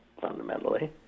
fundamentally